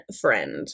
friend